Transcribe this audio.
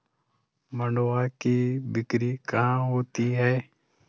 मंडुआ की बिक्री कहाँ होती है?